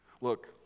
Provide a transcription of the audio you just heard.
Look